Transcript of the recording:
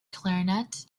clarinet